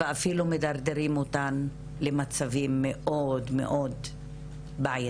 ואפילו מדרדרים אותן למצבים מאוד בעייתיים.